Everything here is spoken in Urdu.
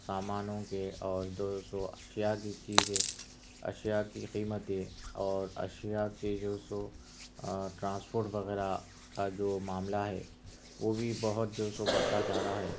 سامانوں کے اور جو سو اشیاء کی چیزیں اشیاء کی قیمتیں اور اشیاء کے جو سو آ ٹرانسپورٹ وغیرہ کا جو معاملہ ہے وہ بھی بہت جو سو بڑھتا جا رہا ہے